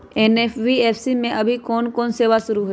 NBFC में अभी कोन कोन सेवा शुरु हई?